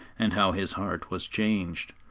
and how his heart was changed,